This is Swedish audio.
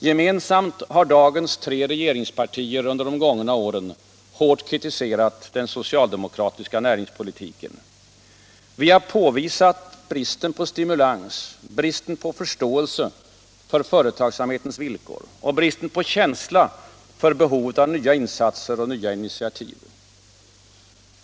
Gemensamt har dagens tre regeringspartier under de gångna åren hårt kritiserat den socialdemokratiska näringspolitiken. Vi har påvisat bristen på stimulans, bristen på känsla för behovet av nya insatser och nya initiativ.